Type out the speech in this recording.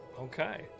Okay